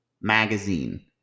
magazine